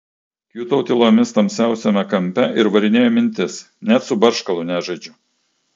kiūtau tylomis tamsiausiame kampe ir varinėju mintis net su barškalu nežaidžiu